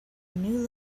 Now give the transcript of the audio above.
new